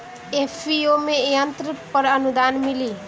FPO में यंत्र पर आनुदान मिँली?